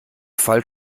fall